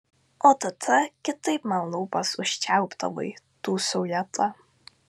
o tada kitaip man lūpas užčiaupdavai dūsauja ta